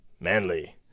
manly